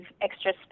extra